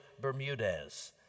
Bermudez